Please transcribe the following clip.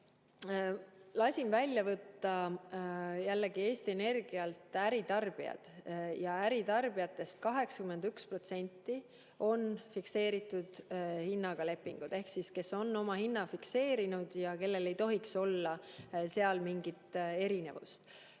Lasin välja võtta jällegi Eesti Energialt äritarbijad. Ja äritarbijatest 81% on fikseeritud hinnaga lepingud. Ehk need on need, kes on oma hinna fikseerinud ja kellel ei tohiks olla seal mingit erinevust.